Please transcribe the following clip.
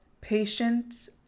patience